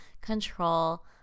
control